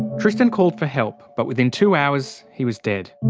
tristan called for help. but within two hours, he was dead.